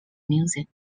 music